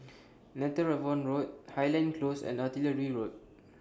Netheravon Road Highland Close and Artillery Road